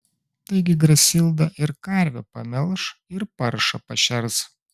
taigi grasilda ir karvę pamelš ir paršą pašers